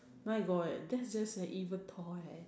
my God that's just an evil thought